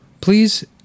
Please